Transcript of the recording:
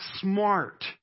smart